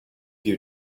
you